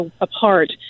apart